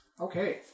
Okay